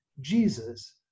Jesus